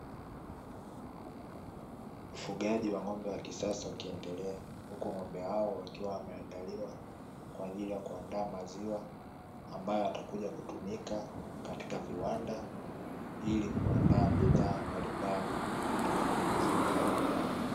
ufugaji wa ng'ombe wa kisasa ukiendelea, huku ng'ombe hao wakiwa wameandaliwa kwaajili ya kuandaa maziwa ambayo yatakuja kutumika katika viwanda, ili kuandaa bidhaa mbalimbali kutoka kwenye maziwa hayo.